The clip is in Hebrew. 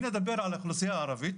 אם נדבר על האוכלוסייה הערבית